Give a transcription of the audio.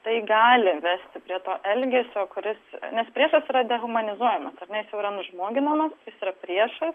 tai gali vesti prie to elgesio kuris nes priešas yra dehumanizuojamas nes jau yra nužmoginamas jis yra priešas